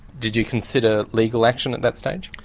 did you consider legal action at that stage?